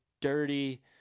dirty